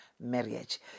marriage